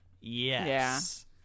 Yes